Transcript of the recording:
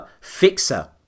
Fixer